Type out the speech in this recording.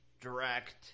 direct